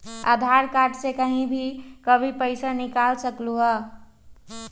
आधार card से कहीं भी कभी पईसा निकाल सकलहु ह?